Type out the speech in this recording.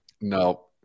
No